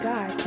God